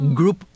group